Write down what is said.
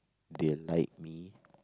they like me